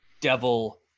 Devil